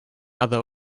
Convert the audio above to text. other